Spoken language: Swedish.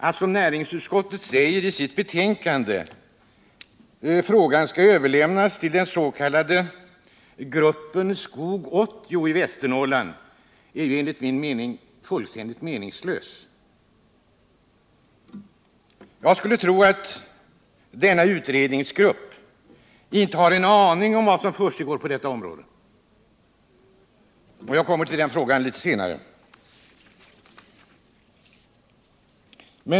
Att, som näringsutskottet säger i sitt betänkande, överlämna frågan till utredningsgruppen Skog 80 i Västernorrland är enligt min mening fullständigt meningslöst. Jag skulle tro att denna utredningsgrupp inte har en aning om vad som försiggår på detta område. Jag kommer till den frågan litet senare.